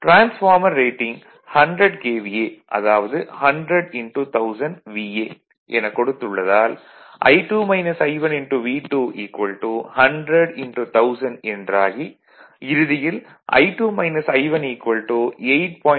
transformer rating 100 KVA அதாவது 1001000 VA எனக் கொடுத்துள்ளதால் V2 100 1000 என்றாகி இறுதியில் 8